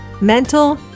mental